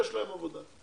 יש להם עבודה.